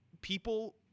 people